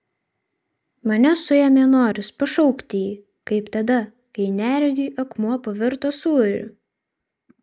mane suėmė noras pašaukti jį kaip tada kai neregiui akmuo pavirto sūriu